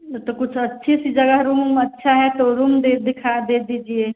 मतलब कुछ अच्छी सी जगह है रूमन उम अच्छा है तो रूम देख दिखा देख दीजिए